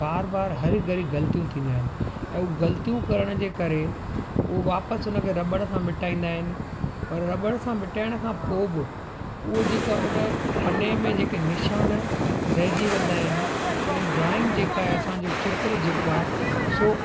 बार बार हर घड़ी ग़लतियूं थींदियूं आहिनि ऐं हू ग़लतियूं करण जे करे उहो वापसि उनखे रबड़ सां मिटाईंदा आहिनि पर रबड़ सां मिटाइण खां पोइ बि उहे जेका उन पन्ने में जेका निशान रहिजी वेंदा आहिनि ऐं ड्रॉइंग जेका आहे असांजो चित्र जेको आहे सो